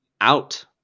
out